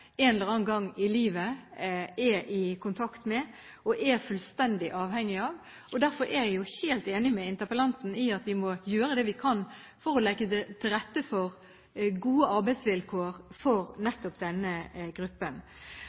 en eller annen gang i livet er i kontakt med og er fullstendig avhengig av. Derfor er jeg jo helt enig med interpellanten i at vi må gjøre det vi kan for å legge til rette for gode arbeidsvilkår for nettopp denne gruppen.